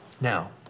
Now